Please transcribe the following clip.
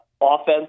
Offense